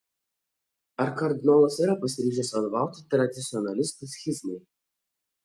ar kardinolas yra pasiryžęs vadovauti tradicionalistų schizmai